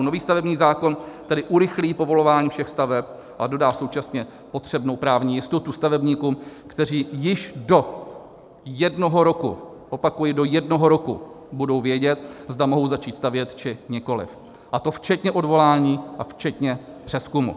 Nový stavební zákon tedy urychlí povolování všech staveb a dodá současně potřebnou právní jistotu stavebníkům, kteří již do jednoho roku opakuji, do jednoho roku budou vědět, zda mohou začít stavět, či nikoliv, a to včetně odvolání a včetně přezkumu.